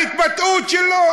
ההתבטאות שלו.